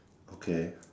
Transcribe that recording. okay